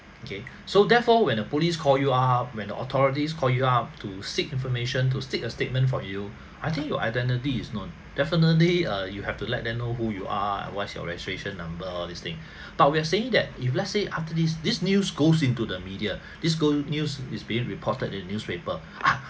okay so therefore when a police call you up when the authorities call you up to seek information to seek a statement from you I think your identity is known definitely err you have to let them know who you are what's your registration number all these thing but we're saying that if let's say after this this news goes into the media this going~ news is being reported in newspaper uh